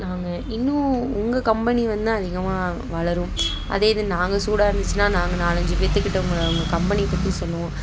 நாங்கள் இன்னும் உங்கள் கம்பெனி வந்து தான் அதிகமாக வளரும் அதே இதே நாங்க சூடாக இருந்துச்சின்னா நாங்கள் நாலஞ்சி பேத்துக்கிட்ட உங்களை உங்கள் கம்பெனியை பற்றி சொல்லுவோம்